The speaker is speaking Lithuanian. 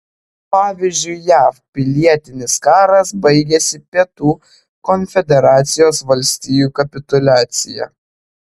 pavyzdžiui jav pilietinis karas baigėsi pietų konfederacijos valstijų kapituliacija